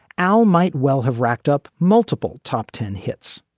al might well have racked up multiple top ten hits.